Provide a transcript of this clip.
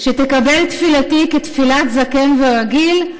שתקבל תפילתי כתפילת זקן ורגיל,